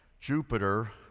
Jupiter